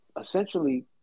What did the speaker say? essentially